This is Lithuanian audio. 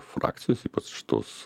frakcijos ypač tos